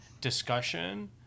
discussion